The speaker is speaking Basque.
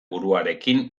buruarekin